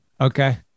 Okay